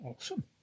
Awesome